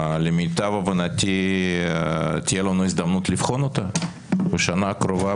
למיטב הבנתי תהיה לנו הזדמנות לבחון אותה בשנה הקרובה,